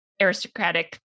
aristocratic